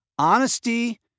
Honesty